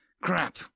Crap